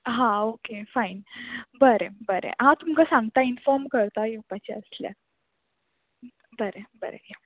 हां okay fine बरें बरें हांव तुमकां सांगतां इनफॉर्म करता येवपाची आसल्यार बरें बरें या